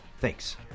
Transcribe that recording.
Thanks